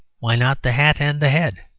why not the hat and the head?